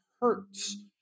hurts